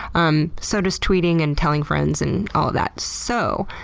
um so does tweeting, and telling friends, and all that. so,